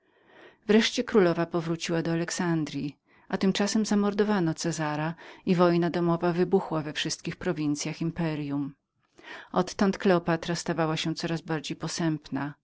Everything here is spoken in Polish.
wreszcie królowa powróciła do alexandryi a tymczasem zamordowano cezara i wojna domowa wybuchła we wszystkich prowincyach imperium odtąd kleopatra stała się coraz bardziej posępną